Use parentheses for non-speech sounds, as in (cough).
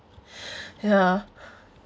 (breath) ya